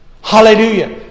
Hallelujah